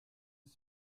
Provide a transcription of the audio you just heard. ist